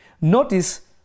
Notice